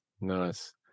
Nice